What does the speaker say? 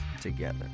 together